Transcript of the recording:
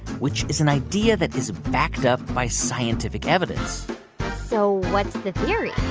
which is an idea that is backed up by scientific evidence so what's the theory?